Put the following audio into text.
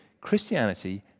Christianity